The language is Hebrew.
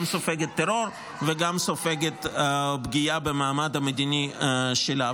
גם סופגת טרור וגם סופגת פגיעה במעמד המדיני שלה.